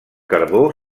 carbó